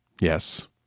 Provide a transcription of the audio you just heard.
Yes